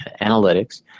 analytics